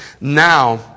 Now